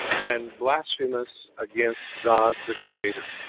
and blasphemous against god the creator.